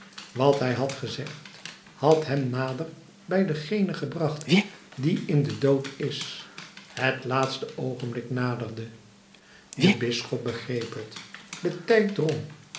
wat hij had gezegd had hem nader bij dengene gebracht die in den dood is het laatste oogenblik naderde de bisschop begreep het de tijd drong